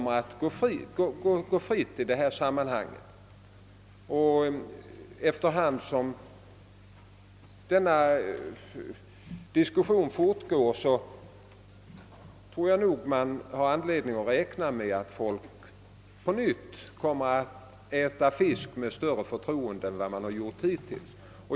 Efter hand som klarhet vinnes om faktiska förhållanden, kommer det nog att finnas anledning räkna med att människorna på nytt skall äta fisk med större förtroende än för närvarande.